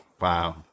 Wow